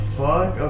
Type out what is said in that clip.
fuck